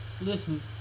Listen